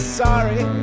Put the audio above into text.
sorry